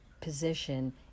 position